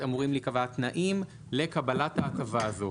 אמורים להיקבע התנאים לקבלת ההטבה הזאת.